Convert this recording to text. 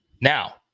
Now